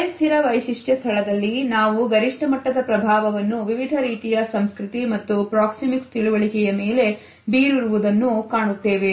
ಅರೆ ಸ್ಥಿರ ವೈಶಿಷ್ಟ್ಯ ಸ್ಥಳದಲ್ಲಿ ನಾವು ಗರಿಷ್ಠಮಟ್ಟದ ಪ್ರಭಾವವನ್ನು ವಿವಿಧ ರೀತಿಯ ಸಂಸ್ಕೃತಿ ಮತ್ತು ಪ್ರಾಕ್ಸಿಮಿಕ್ಸ್ ತಿಳುವಳಿಕೆಯ ಮೇಲೆ ಬೀರುವುದನ್ನು ಕಾಣುತ್ತೇವೆ